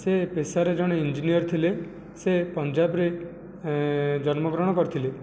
ସେ ପେଶାରେ ଜଣେ ଇଞ୍ଜିନିୟର ଥିଲେ ସେ ପଞ୍ଜାବରେ ଜନ୍ମଗ୍ରହଣ କରିଥିଲେ